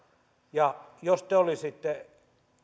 ja jos te olisitte